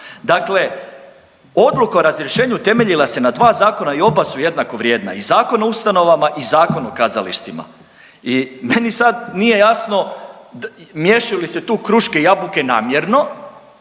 Dakle, odluka o razrješenju temeljila se na dva zakona i oba su jednako vrijedno i Zakon o ustanovama i Zakon o kazalištima. I meni sad nije jasno miješaju li se tu kruške i jabuke namjerno